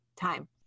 time